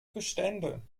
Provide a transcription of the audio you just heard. bestände